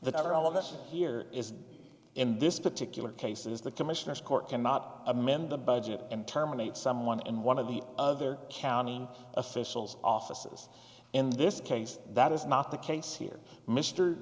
that are all of us here is in this particular case is the commissioner's court came out amend the budget and terminate someone in one of the other county officials offices in this case that is not the case here mr